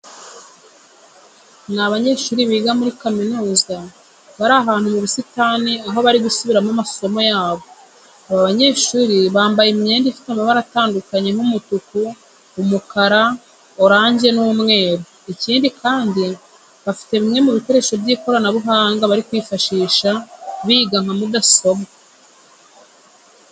Ni abanyeshuri biga muri kaminuza, bari ahantu mu busitani aho bari gusubiramo amasomo yabo. Aba banyeshuri bambaye imyenda ifite amabara atandukanye nk'umutuku, umukara, orange n'umweru. Ikindi kandi bafite bimwe mu bikoresho by'ikoranabuhanga bari kwifashisha biga nka mudasobwa.